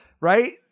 Right